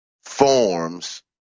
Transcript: Forms